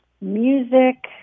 music